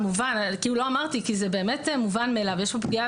לא אמרתי כי זה באמת מובן מאליו אבל יש כאן פגיעה